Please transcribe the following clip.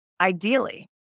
Ideally